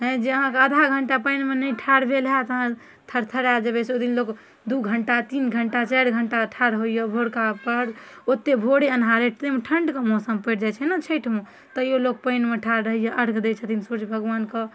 हैँ जे अहाँ आधा घण्टा पानिमे नहि ठाढ़ भेल होयत अहाँ थरथराए जेबै से ओहिदिन लोक दू घण्टा तीन घण्टा चारि घण्टा ठाढ़ होइए भोरका पहर ओतेक भोरे अन्हारे ताहिमे ठण्डके मौसम पड़ि जाइत छै ने छठिमे तैयो लोक पानिमे ठाढ़ रहैए अर्घ दै छथिन सूर्य भगवान कऽ